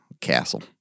castle